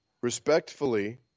respectfully